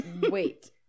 Wait